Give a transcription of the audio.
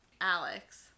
Alex